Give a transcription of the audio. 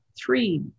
three